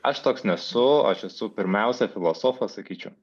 aš toks nesu aš esu pirmiausia filosofas sakyčiau